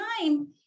time